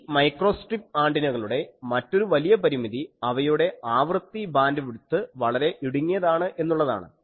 ഈ മൈക്രോസ്ട്രിപ്പ് ആൻറിനകളുടെ മറ്റൊരു വലിയ പരിമിതി അവയുടെ ആവൃത്തി ബാൻഡ് വിത്ത് വളരെ ഇടുങ്ങിയതാണ് എന്നുള്ളതാണ്